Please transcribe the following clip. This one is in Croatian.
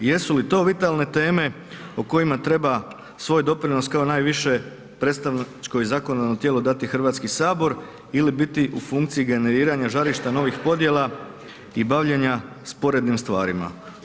Jesu li to vitalne teme o kojima treba svoj doprinos kao najviše predstavničko i zakonodavno tijelo dati HS ili biti u funkciji generiranja žarišta novih podjela i bavljenja sporednim stvarima.